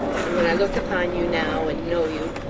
and when i look upon you now, and know you,